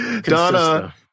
Donna